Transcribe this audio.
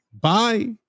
Bye